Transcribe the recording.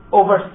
over